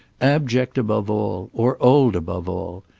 abject above all. or old above all.